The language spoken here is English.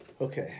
okay